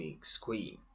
scream